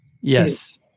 yes